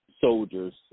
soldiers